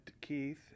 Keith